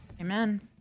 Amen